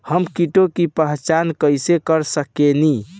हम कीटों की पहचान कईसे कर सकेनी?